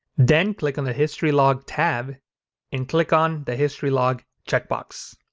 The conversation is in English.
then click on the history log tab and click on the history log check box.